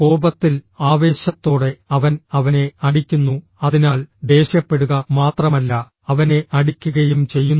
കോപത്തിൽ ആവേശത്തോടെ അവൻ അവനെ അടിക്കുന്നു അതിനാൽ ദേഷ്യപ്പെടുക മാത്രമല്ല അവനെ അടിക്കുകയും ചെയ്യുന്നു